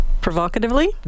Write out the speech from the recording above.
provocatively